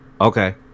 Okay